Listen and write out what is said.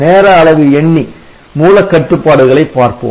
நேர அளவி எண்ணி மூல கட்டுப்பாடுகளை பார்ப்போம்